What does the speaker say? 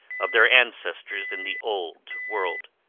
of their ancestors in the old world.